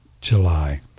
july